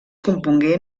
compongué